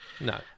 no